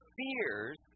fears